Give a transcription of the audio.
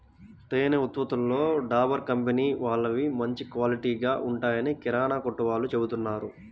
తేనె ఉత్పత్తులలో డాబర్ కంపెనీ వాళ్ళవి మంచి క్వాలిటీగా ఉంటాయని కిరానా కొట్టు వాళ్ళు చెబుతున్నారు